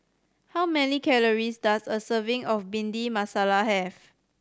how many calories does a serving of Bhindi Masala have